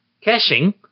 caching